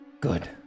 Good